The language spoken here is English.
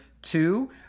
Two